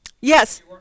yes